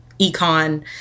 econ